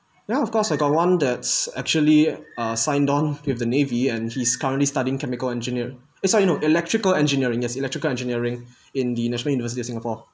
ya of course I've got one that's actually uh signed on with the navy and he's currently studying chemical engineer sorry no electrical engineering yes electrical engineering in the national university of singapore